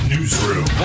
Newsroom